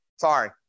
sorry